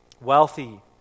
wealthy